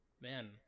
man